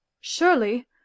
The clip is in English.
Surely